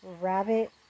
Rabbit